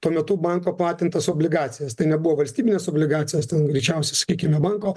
tuo metu banko platintas obligacijas tai nebuvo valstybinės obligacijos ten greičiausiai sakykime banko